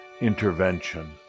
intervention